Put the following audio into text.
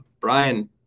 Brian